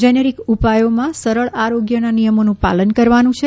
generic ઉપાયોમાં સરળ આરોગ્યના નિયમોનું પાલન કરવાનું છે